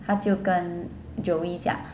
他就跟 joey 讲